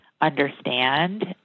understand